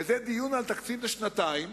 וזה דיון על תקציב לשנתיים